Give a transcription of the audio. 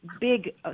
big